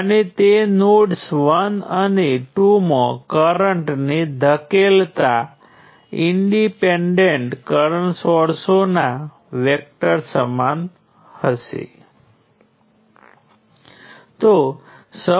હવે મે node 1 node 2 વગેરે દર્શાવ્યું છે અને અહીં દરેક હરોળને અનુરૂપ તમે જાણો છો કે આની દરેક હરોળ સમીકરણોમાંથી એકને અનુરૂપ છે